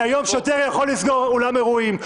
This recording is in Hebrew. כי היום שוטר יכול לסגור אולם אירועים.